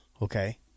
Okay